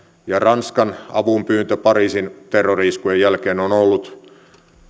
ja ranskan avunpyyntö pariisin terrori iskujen jälkeen on ollut